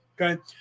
okay